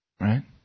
right